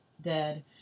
dead